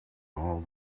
all